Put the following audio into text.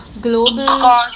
global